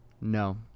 No